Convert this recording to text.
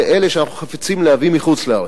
לאלה שאנחנו חפצים להביא מחוץ-לארץ.